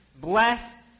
bless